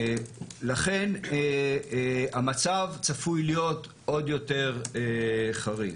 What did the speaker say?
לכן המצב צפוי להיות עוד יותר חריף.